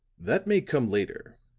that may come later,